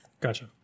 Gotcha